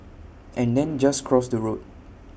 and then just cross the road